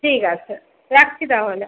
ঠিক আছে রাখছি তাহলে